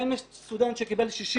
גם אם יש סטודנט שקיבל 60,